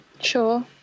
Sure